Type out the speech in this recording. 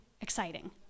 exciting